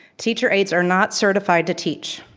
teacher aides are not certified to teach.